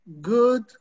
good